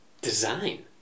Design